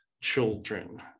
children